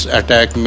attack